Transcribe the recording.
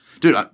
Dude